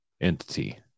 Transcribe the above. entity